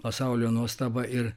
pasaulio nuostabą ir